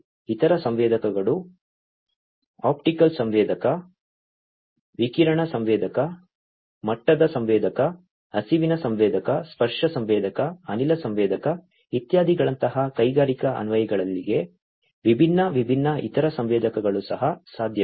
ಇತರ ಸಂವೇದಕಗಳು ಆಪ್ಟಿಕಲ್ ಸಂವೇದಕ ವಿಕಿರಣ ಸಂವೇದಕ ಮಟ್ಟದ ಸಂವೇದಕ ಹರಿವಿನ ಸಂವೇದಕ ಸ್ಪರ್ಶ ಸಂವೇದಕ ಅನಿಲ ಸಂವೇದಕ ಇತ್ಯಾದಿಗಳಂತಹ ಕೈಗಾರಿಕಾ ಅನ್ವಯಗಳಿಗೆ ವಿಭಿನ್ನ ವಿಭಿನ್ನ ಇತರ ಸಂವೇದಕಗಳು ಸಹ ಸಾಧ್ಯವಿದೆ